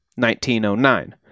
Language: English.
1909